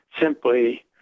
simply